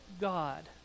God